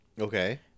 Okay